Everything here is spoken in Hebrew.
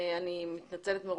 אני מתנצלת מראש,